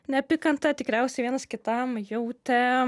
neapykanta tikriausiai vienas kitam jautė